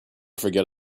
forget